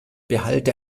behalte